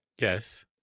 Yes